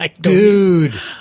dude